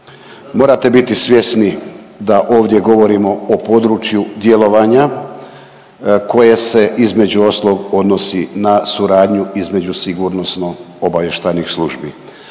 morate biti svjesni da ovdje govorimo o području djelovanja koje se između ostalog odnosi na suradnju između Sigurnosno-obavještajnih službi,